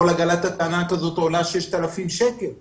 כל עגלת הטענה כזאת עולה כ-6,000 שקל בערך,